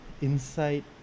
inside